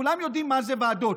כולם יודעים מה הן ועדות.